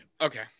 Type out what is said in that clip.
Okay